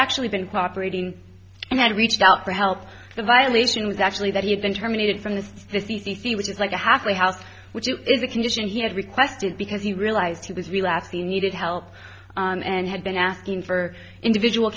actually been cooperating and had reached out for help the violation was actually that he had been terminated from the c c c which is like a halfway house which is a condition he had requested because he realized he was the last he needed help and had been asking for individual